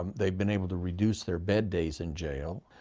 um they've been able to reduce their bed days in jail.